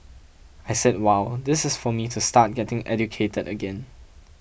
I said wow this is for me to start getting educated again